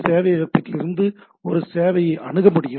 சேவையகத்திலிருந்து ஒரு சேவையை அணுக முடியும்